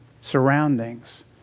surroundings